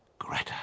Greta